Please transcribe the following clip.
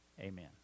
amen